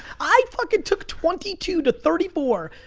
i fucking took twenty two to thirty four,